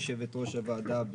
יושבת-ראש הוועדה,